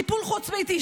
טיפול חוץ-ביתי,